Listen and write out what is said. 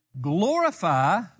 glorify